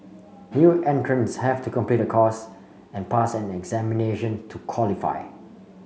new entrants have to complete a course and pass an examination to qualify